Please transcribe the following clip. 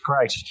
Great